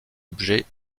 objet